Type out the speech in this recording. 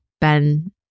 Ben